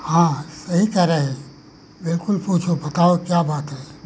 हाँ सही कह रहे हो बिलकुल पूछो बताओ क्या बात है